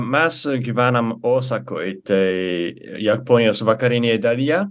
mes gyvenam osakoj tai japonijos vakarinėj dalyje